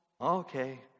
Okay